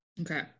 Okay